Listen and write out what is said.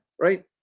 Right